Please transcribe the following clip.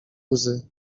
łzy